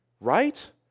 Right